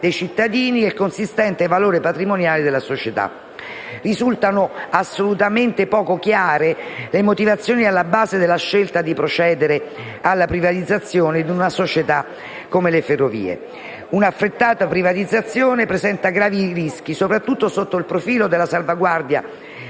dei cittadini e il consistente valore patrimoniale della società. Risultano assolutamente poco chiare le motivazioni alla base della scelta di procedere alla privatizzazione di una società come Ferrovie dello Stato. Un'affrettata privatizzazione presenta gravi rischi soprattutto sotto il profilo della salvaguardia